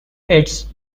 its